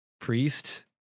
priest